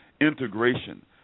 integration